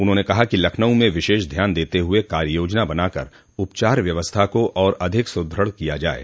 उन्होंने कहा कि लखनऊ में विशेष ध्यान देते हुए काय योजना बनाकर उपचार व्यवस्था को और अधिक सुदृढ़ किया जाये